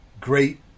great